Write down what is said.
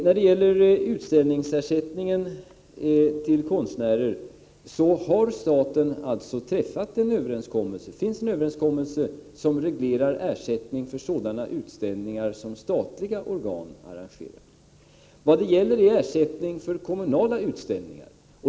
Beträffande utställningsersättningen till konstnärer finns det alltså en överenskommelse som reglerar ersättningen för sådana utställningar som statliga organ arrangerar. Vad det är fråga om är ersättning för kommunala utställningar.